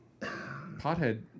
Pothead